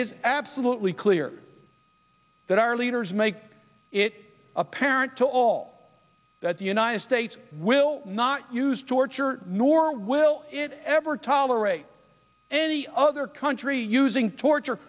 is absolutely clear that our leaders make it apparent to all that the united states will not use torture nor will it ever tolerate any other country using torture